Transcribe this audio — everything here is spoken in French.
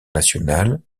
nationale